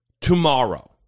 tomorrow